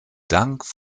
dank